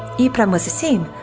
yhprum was the same,